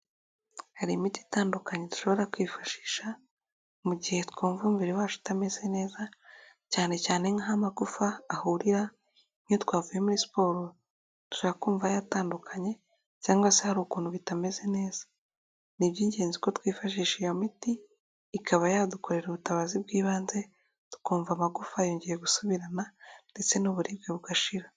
Hari imiti itandukanye dushobora kwifashisha mu gihe twumva umubiri wacu utameze neza, cyane cyane nk'aho amagufa ahurira iyo twavuye muri siporo dushobora kumva yatandukanye cyangwa se hari ukuntu bitameze neza. Ni iby'ingenzi ko twifashisha iyo miti ikaba yadukorera ubutabazi bw'ibanze tukumva amagufa yongeye gusubirana ndetse n'uburibwe bugashira.